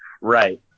Right